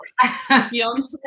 beyonce